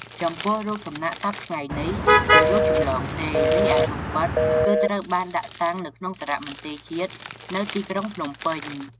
ចំពោះរូបសំណាក់សព្វថ្ងៃនេះជារូបចំលងទេ រីឯរូបពិតគឺត្រូវបានដាក់តាំងនៅក្នុងសារមន្ទីរជាតិនៅទីក្រុងភ្នំពេញ។